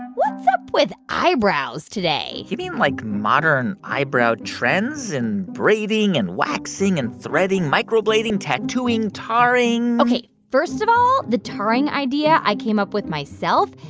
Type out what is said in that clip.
what's up with eyebrows today? you mean like modern eyebrow trends and braiding and waxing and threading, microblading, tattooing, tarring. ok. first of all, the tarring idea i came up with myself.